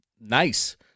Nice